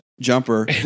jumper